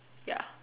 ya